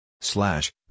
Slash